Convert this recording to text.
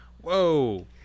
Whoa